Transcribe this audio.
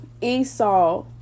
Esau